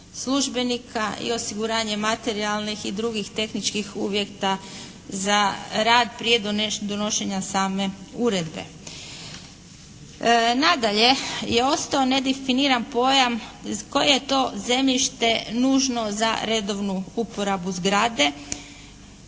službenika i osiguranje materijalnih i drugih tehničkih uvjeta za rad prije donošenja same uredbe. Nadalje, je ostao nedefiniran pojam koje je to zemljište nužno za redovnu uporabu zgrade,